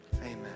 Amen